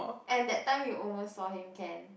and that time you almost saw him can